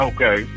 Okay